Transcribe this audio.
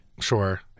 Sure